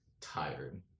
tired